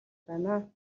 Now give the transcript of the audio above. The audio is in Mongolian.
байна